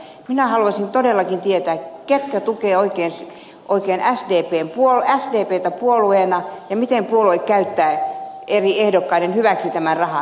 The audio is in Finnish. minä haluaisin todellakin tietää ketkä oikein tukevat sdptä puolueena ja miten puolue käyttää eri ehdokkaiden hyväksi tämän rahan